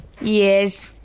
Yes